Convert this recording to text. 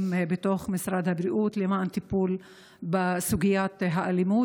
בתוך משרד הבריאות למען הטיפול בסוגיית האלימות.